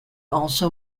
also